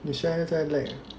你现在在 lag